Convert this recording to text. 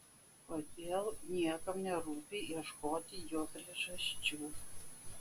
kodėl niekam nerūpi ieškoti jo priežasčių